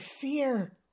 fear